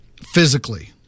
physically